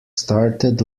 started